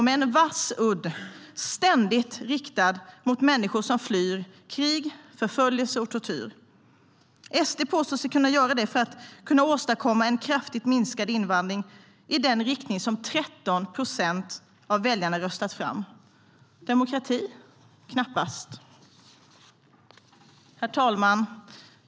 De har en vass udd ständigt riktad mot människor som flyr krig, förföljelse och tortyr. SD påstår sig göra det för att kunna åstadkomma en kraftigt minskad invandring i den riktning som 13 procent av väljarna röstat fram. Demokrati? Knappast! Herr talman!